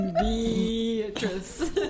Beatrice